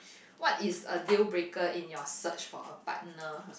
what is a deal breaker in your search for a partner